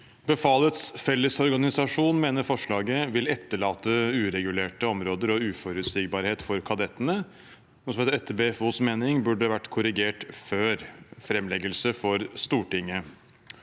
Befalets Fellesorganisasjon, BFO, mener forslaget vil etterlate uregulerte områder og uforutsigbarhet for kadettene, noe som etter BFOs mening burde vært korrigert før framleggelse for Stortinget.